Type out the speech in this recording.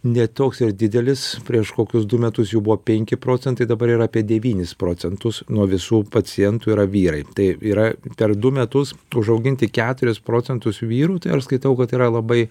ne toks ir didelis prieš kokius du metus jų buvo penki procentai dabar yra apie devynis procentus nuo visų pacientų yra vyrai tai yra per du metus užauginti keturis procentus vyrų tai aš skaitau kad yra labai